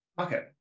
Okay